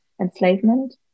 enslavement